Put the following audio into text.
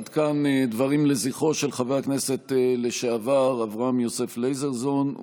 עד כאן דברים לזכרו של חבר הכנסת לשעבר אברהם יוסף לייזרזון.